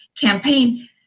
campaign